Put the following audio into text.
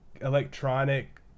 electronic